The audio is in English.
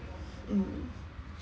mm